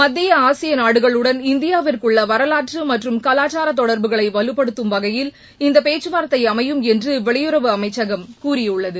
மத்திய ஆசிய நாடுகளுடன் இந்தியாவிற்குள்ள வரவாற்று மற்றும் கலாச்சார தொடர்புகளை வலுப்படுத்தும் வகையில் இந்த பேச்சவார்த்தை அமையும் என்று வெளியுறவு அமைச்சகம் கூறியுள்ளது